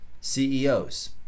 CEOs